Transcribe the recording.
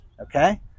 Okay